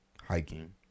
hiking